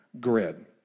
grid